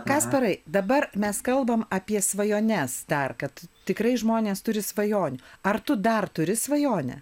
kasparai dabar mes kalbam apie svajones dar kad tikrai žmonės turi svajonių ar tu dar turi svajonę